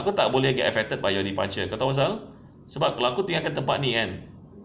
aku tak boleh get attracted by your deparute kau tahu asal sebab kalau aku tinggalkan tempat ni kan